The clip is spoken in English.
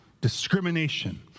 discrimination